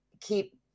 keep